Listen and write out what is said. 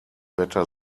better